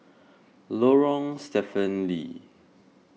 Lorong Stephen Lee